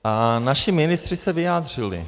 A naši ministři se vyjádřili.